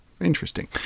Interesting